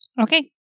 Okay